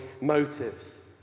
motives